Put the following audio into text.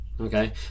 Okay